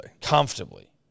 comfortably